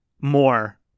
more